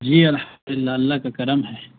جی الحد اللہلہ کا کرم ہے